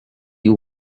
you